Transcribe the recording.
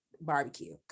barbecue